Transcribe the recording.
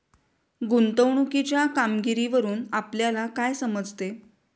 गुंतवणुकीच्या कामगिरीवरून आपल्याला काय समजते?